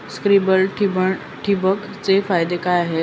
Sprinklers ठिबक चे फायदे काय होतात?